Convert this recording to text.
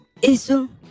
Isu